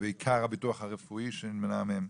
בעיקר הביטוח הרפואי שנימנע מהם.